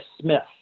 smith